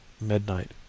MIDNIGHT